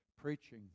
preaching